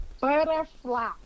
Butterfly